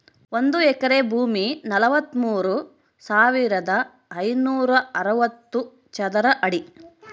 ಒಂದು ಎಕರೆ ಭೂಮಿ ನಲವತ್ಮೂರು ಸಾವಿರದ ಐನೂರ ಅರವತ್ತು ಚದರ ಅಡಿ